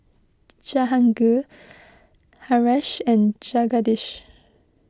Jahangir Haresh and Jagadish